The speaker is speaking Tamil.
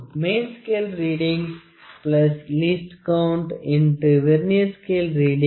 main scale reading least count X vernier scale reading